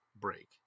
break